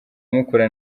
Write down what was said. mukura